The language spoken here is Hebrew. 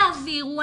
תעבירו,